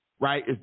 Right